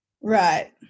Right